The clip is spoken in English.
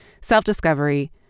self-discovery